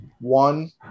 one